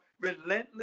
relentless